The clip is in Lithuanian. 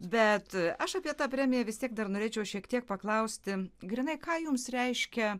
bet aš apie tą premiją vis tiek dar norėčiau šiek tiek paklausti grynai ką jums reiškia